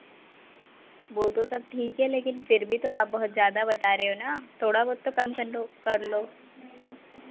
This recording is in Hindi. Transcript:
वो तो सब ठीक है लेकिन फिर भी तो आप बहुत ज़्यादा बता रहे हो ना थोड़ा बहुत तो कम कर लो कर लो